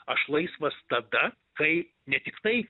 aš laisvas tada kai ne tiktai